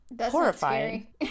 horrifying